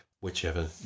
whichever